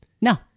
No